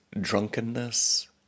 drunkenness